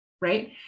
right